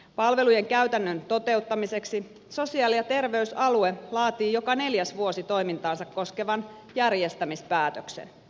palvelujen käytännön toteuttamiseksi sosiaali ja terveysalue laatii joka neljäs vuosi toimintaansa koskevan järjestämispäätöksen